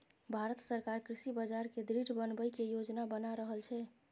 भांरत सरकार कृषि बाजार कें दृढ़ बनबै के योजना बना रहल छै